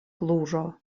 kluĵo